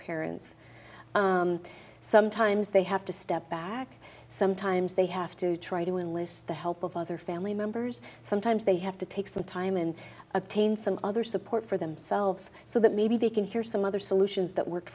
parents sometimes they have to step back sometimes they have to try to enlist the help of other family members sometimes they have to take some time and obtain some other support for themselves so that maybe they can hear some other solutions that work